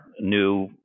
new